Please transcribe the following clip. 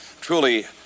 truly